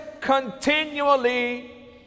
continually